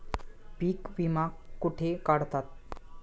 पीक विमा कुठे काढतात?